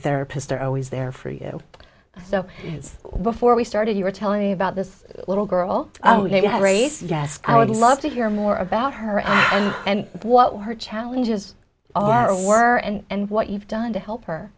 therapists are always there for you so before we started you were telling me about this little girl race yes i would love to hear more about her and what her challenges are were and what you've done to help her